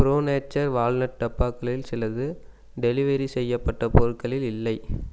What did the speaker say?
bro nature walnut டப்பாக்களில் சிலது delivery செய்யப்பட்ட பொருட்களில் இல்லை